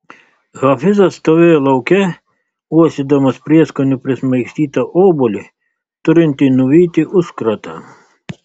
hafizas stovėjo lauke uostydamas prieskonių prismaigstytą obuolį turintį nuvyti užkratą